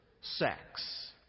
sex